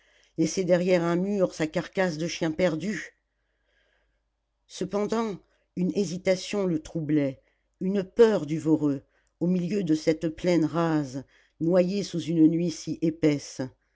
laisser derrière un mur sa carcasse de chien perdu cependant une hésitation le troublait une peur du voreux au milieu de cette plaine rase noyée sous une nuit si épaisse